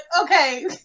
okay